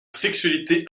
sexualité